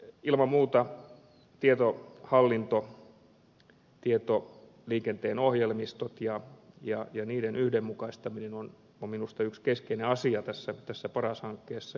ilman muuta tietohallinto tietoliikenteen ohjelmistot ja niiden yhdenmukaistaminen on minusta yksi keskeinen asia tässä paras hankkeessa